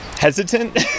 hesitant